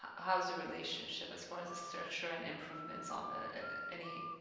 how's the relationship as far as the structure and improvements on the any